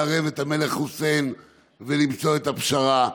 לערב את המלך חוסיין ולמצוא את הפשרה?